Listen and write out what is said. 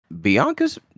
Bianca's